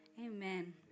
Amen